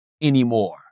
anymore